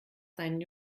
seinen